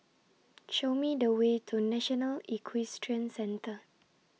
Show Me The Way to National Equestrian Centre